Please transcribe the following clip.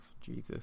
Jesus